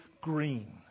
green